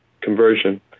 conversion